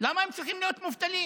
למה הם צריכים להיות מובטלים?